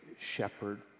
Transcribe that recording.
shepherd